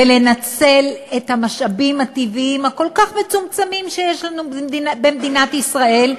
ולנצל את המשאבים הטבעיים הכל-כך מצומצמים שיש לנו במדינת ישראל,